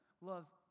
loves